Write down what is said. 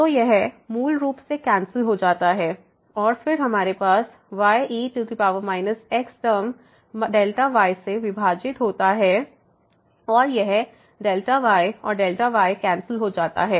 तो यह मूल रूप से कैंसिल हो जाता है और फिर हमारे पास y e x term y से विभाजित होता है और यह yऔर yकैंसिल हो जाता है